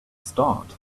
start